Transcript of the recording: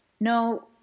no